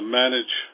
manage